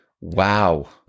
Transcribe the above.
Wow